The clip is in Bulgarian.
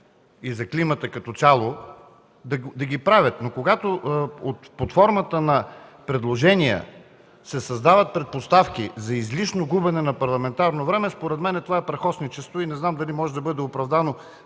и за климата като цяло, да ги направят. Когато обаче под формата на предложения се създават предпоставки за излишно губене на парламентарно време, според мен това е прахосничество и не знам дали може да бъде оправдано